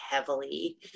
heavily